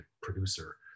producer